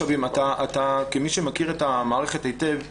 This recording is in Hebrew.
כמי שמכיר את המערכת היטב,